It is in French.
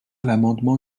l’amendement